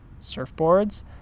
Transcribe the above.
surfboards